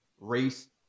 race